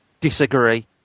disagree